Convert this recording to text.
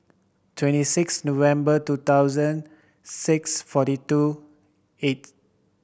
twenty six November two thousand six forty two eighth